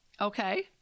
Okay